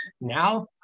Now